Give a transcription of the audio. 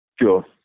Sure